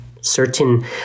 certain